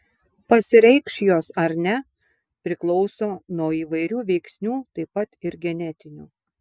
pasireikš jos ar ne priklauso nuo įvairių veiksnių taip pat ir genetinių